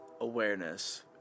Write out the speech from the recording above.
awareness